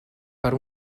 per